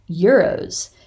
euros